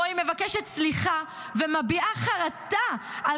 ובו היא מבקשת סליחה ומביעה חרטה על